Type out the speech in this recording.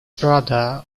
brother